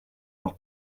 leur